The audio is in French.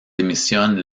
démissionne